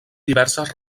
diverses